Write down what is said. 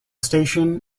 station